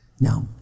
Now